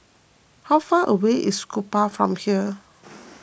how far away is Kupang from here